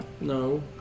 no